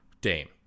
Dame